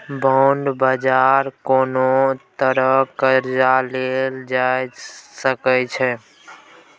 bond बाजार सँ कोनो तरहक कर्जा लेल जा सकै छै